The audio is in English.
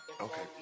Okay